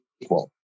equal